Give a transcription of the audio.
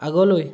আগলৈ